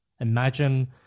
Imagine